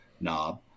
knob